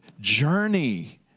journey